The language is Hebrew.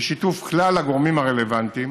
בשיתוף כלל הגורמים הרלוונטיים,